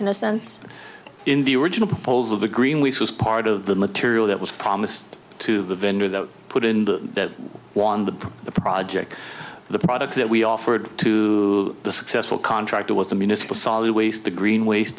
in the sense in the original poles of the green which was part of the material that was promised to the vendor that put in the one with the project the product that we offered to the successful contractor was a municipal solid waste the green waste